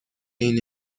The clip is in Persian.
این